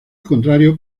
contrario